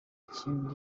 ikindi